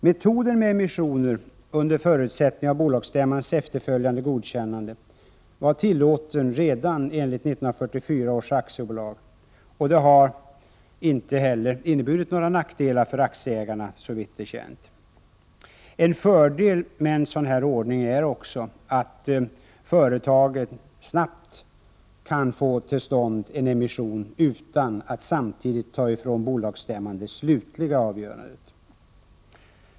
Metoden med emissioner under förutsättning av bolagsstämmans efterföljande godkännande var tillåten redan enligt 1944 års aktiebolagslag, och det har heller inte inneburit några nackdelar för aktieägarna, såvitt är känt. En fördel med en sådan här ordning är också att företagen snabbt kan få till stånd en emission utan att samtidigt ta ifrån bolagsstämman det slutliga avgörandet.